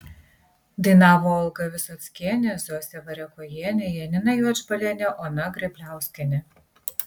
dainavo olga visockienė zosė variakojienė janina juodžbalienė ona grebliauskienė